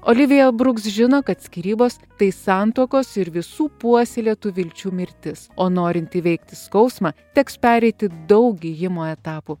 olivija bruks žino kad skyrybos tai santuokos ir visų puoselėtų vilčių mirtis o norint įveikti skausmą teks pereiti daug gijimo etapų